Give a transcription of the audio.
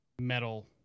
metal